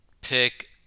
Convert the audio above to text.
pick